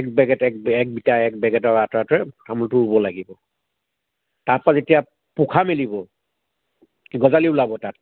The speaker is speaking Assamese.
এক বেগেত এক বেগেতৰ আঁতৰে তামোলটো ৰুব লাগে তাপা যেতিয়া পোখা মেলিব গজালি ওলাব তাত